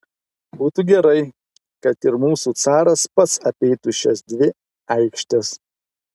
būtų gerai kad ir mūsų caras pats apeitų šias dvi aikštes